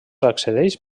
accedeix